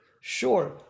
Sure